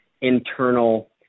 internal